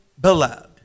beloved